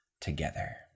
together